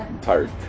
tired